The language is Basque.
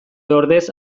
ordez